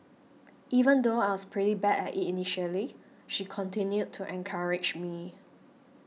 even though I was pretty bad at it initially she continued to encourage me